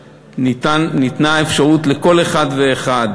ניתנה אפשרות לכל אחד ואחד